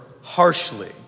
harshly